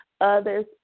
others